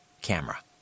camera